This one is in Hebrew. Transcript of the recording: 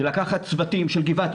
זה לקחת צוותים של גבעתי,